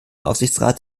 aufsichtsrat